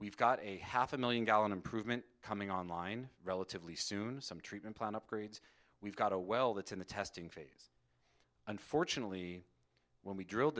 we've got a half a million gallon improvement coming online relatively soon some treatment plan upgrades we've got a well that's in the testing phase unfortunately when we drilled